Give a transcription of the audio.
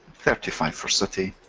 thirty five for city,